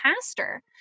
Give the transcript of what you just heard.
pastor